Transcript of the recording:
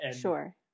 Sure